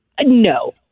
No